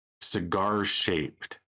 cigar-shaped